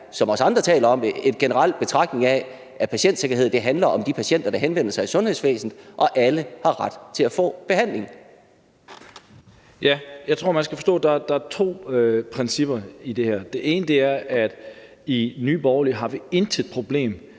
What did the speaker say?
som vi andre taler om det, en generel betragtning af, at patientsikkerhed handler om de patienter, der henvender sig i sundhedsvæsenet, og at alle har ret til at få behandling? Kl. 12:16 Lars Boje Mathiesen (NB): Jeg tror, man skal forstå, at der er to principper i det her. Det ene er, at i Nye Borgerlige har vi intet problem